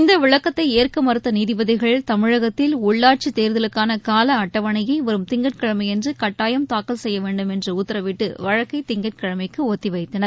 இந்த விளக்கத்தை ஏற்க மறுத்த நீதிபதிகள் தமிழகத்தில் உள்ளாட்சித் தேர்தலுக்கான கால அட்டவணையை வரும் திங்கட்கிழமையன்று கட்டாயம் தாக்கல் செய்ய வேண்டும் என்று உத்தரவிட்டு வழக்கை திங்கட்கிழமைக்கு ஒத்திவைத்தனர்